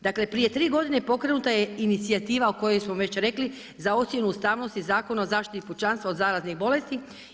Dakle prije 3 godine pokrenuta je inicijativa o kojoj smo već rekli za ocjenu ustavnosti Zakona o zaštiti pučanstva od zaraznih bolesti.